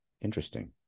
Interesting